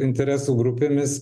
interesų grupėmis